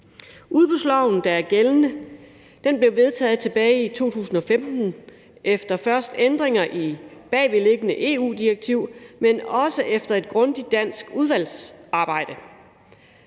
Udbudsloven, der er gældende, blev vedtaget tilbage i 2015, først efter ændringer i et bagvedliggende EU-direktiv, men også efter et grundigt dansk udvalgsarbejde.